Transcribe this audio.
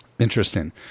Interesting